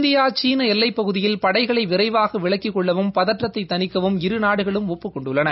India சீன எல்லைப்பகுதியில் படைகளை விரைவாக விலக்கிக் கொள்ளவும் பதற்றத்தை தணிக்கவும் இரு நாடுகளும் ஒப்புக் கொண்டுள்ளன